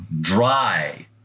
dry